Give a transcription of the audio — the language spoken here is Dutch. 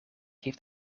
heeft